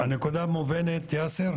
הנקודה מובנת יאסר,